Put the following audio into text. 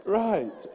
right